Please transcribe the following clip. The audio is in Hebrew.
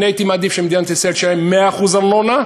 אני הייתי מעדיף שמדינת ישראל תשלם 100% ארנונה,